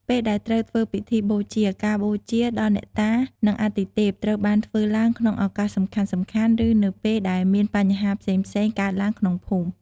ពេលដែលត្រូវធ្វើពិធីបូជា ការបូជាដល់អ្នកតា និងអាទិទេព ត្រូវបានធ្វើឡើងក្នុងឱកាសសំខាន់ៗ ឬនៅពេលដែលមានបញ្ហាផ្សេងៗកើតឡើងក្នុងភូមិ។